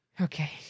Okay